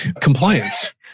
Compliance